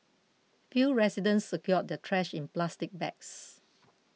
few residents secured their trash in plastic bags